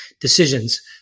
decisions